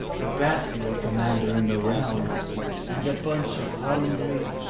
the best lord commander in the realm and a bunch of hungry,